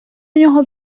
нього